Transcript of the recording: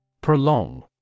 Prolong